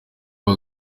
uyu